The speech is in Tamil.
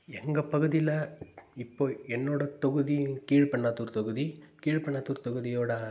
எங்கள் பகுதியில் இப்போது என்னோடய தொகுதி கீழ்ப்பண்ணாத்தூர் தொகுதி கீழ்ப்பண்ணாத்தூர் தொகுதியோடய